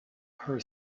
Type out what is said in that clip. her